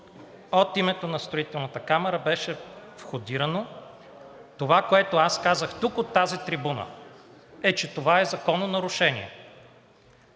от името на Строителната камара беше входирано. Онова, което аз казах тук, от тази трибуна, е, че това е закононарушение,